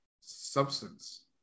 substance